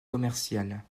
commerciale